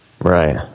Right